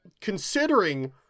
considering